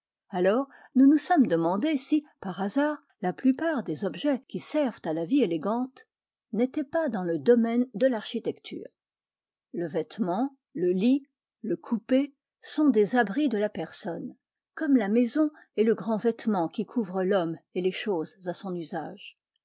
alors nous nous sommes demandé si par hasard la plupart des objets qui servent à la vie élégante n'étaient pas dans le domaine de l'architecture le vêtement le lit le coupé sont des abris de la personne comme la maison est le grand vêtement qui couvre l'homme et les choses à son usage